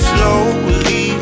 Slowly